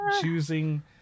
choosing